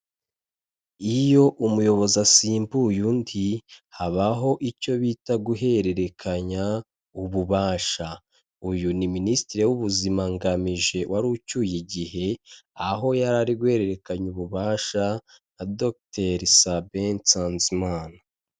Iyo umuyobozi asimbuye undi habaho icyo bita guhererekanya ububasha, uyu ni Minisitiri w'Ubuzima NGAMIJE wari ucyuye igihe aho yari ari guhererekanya ububasha na Dogiteri. Sabian NSANZIMANA.